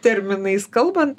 terminais kalbant